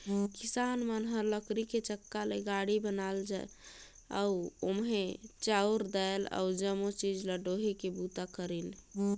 किसान मन ह लकरी के चक्का ले गाड़ी बनाइन अउ ओम्हे चाँउर दायल अउ जमो चीज ल डोहे के बूता करिन